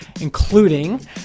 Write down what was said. including